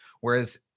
Whereas